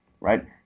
Right